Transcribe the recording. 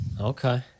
okay